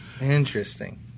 interesting